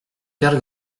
père